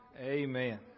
Amen